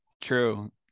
True